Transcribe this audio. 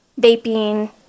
vaping